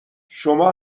شما